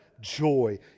joy